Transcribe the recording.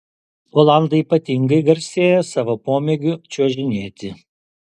olandai ypatingai garsėja savo pomėgiu čiuožinėti